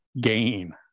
gain